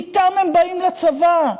איתה הם באים לצבא.